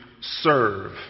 serve